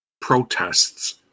protests